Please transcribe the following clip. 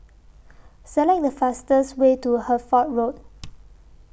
Select The fastest Way to Hertford Road